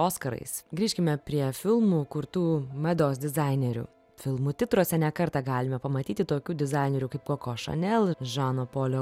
oskarais grįžkime prie filmų kurtų mados dizainerių filmų titruose ne kartą galime pamatyti tokių dizainerių kaip koko šanel žano polio